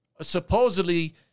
supposedly